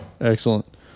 Excellent